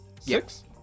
Six